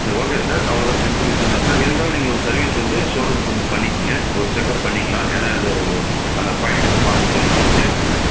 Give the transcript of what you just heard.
சரி okay sir அவ்வளவா simple விஷயந்தான் சார் இருந்தாலும் நீங்கள் ஒரு சர்வீஸ் வந்து ஷோரூம்க்கு வந்து பண்ணிக்கோங்க ஒரு செக் அப் பண்ணிக்கலாம் ஏன்னா அது அந்த பாயிண்ட்டு வந்து மாத்திகிட்டீங்களா